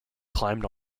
climbed